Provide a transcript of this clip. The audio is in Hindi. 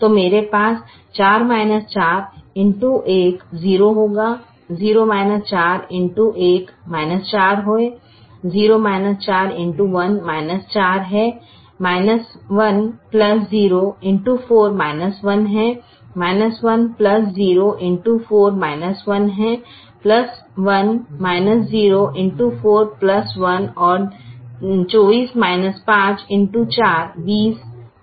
तो मेरे पास 4 4 x 1 0 होगा 0 4 x 1 4 है 0 4 x 1 4 है 1 0 x 4 1 है 1 0 x 4 1 है 1 0 x 4 1 और 24 5 x 4 4 है